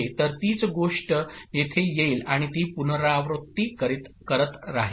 तर तीच गोष्ट येथे येईल आणि ती पुनरावृत्ती करत राहील